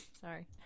Sorry